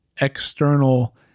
external